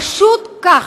פשוט כך.